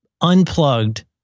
unplugged